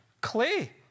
clay